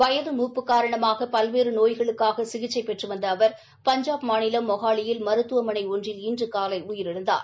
வயது மூப்பு காரணமாக பல்வேறு நோய்களுக்காக சிகிச்சை பெற்று வந்த அவா் பஞ்சாப் மாநிலம் மொகாலியில் மருத்துவமனை ஒன்றில் இன்று காலை உயிரிழந்தார்